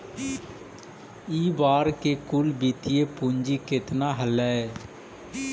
इ बार के कुल वित्तीय पूंजी केतना हलइ?